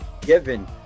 given